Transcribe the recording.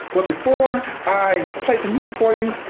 but before i play some music for you,